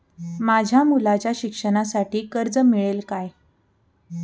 माझ्या मुलाच्या शिक्षणासाठी कर्ज मिळेल काय?